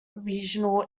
regional